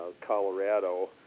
Colorado